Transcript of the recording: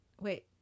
Wait